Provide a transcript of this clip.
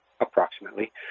approximately